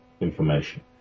information